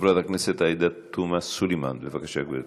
חברת הכנסת עאידה תומא סלימאן, בבקשה, גברתי.